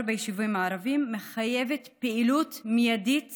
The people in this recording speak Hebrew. ביישובים הערביים מחייבת פעילות מיידית